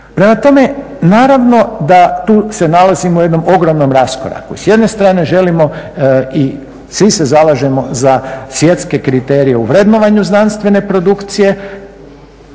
Prema tome, naravno da tu se nalazimo u jednom raskoraku. S jedne strane želimo i svi se zalažemo za svjetske kriterije u vrednovanju znanstvene produkcije